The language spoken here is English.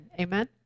Amen